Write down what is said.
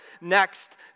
next